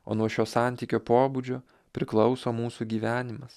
o nuo šio santykio pobūdžio priklauso mūsų gyvenimas